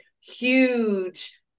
huge